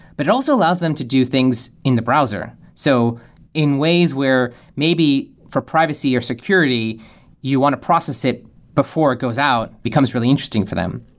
but it also allows them to do things in the browser. so in ways where maybe for privacy or security you want to process it before it goes out, becomes really interesting for them.